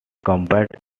combat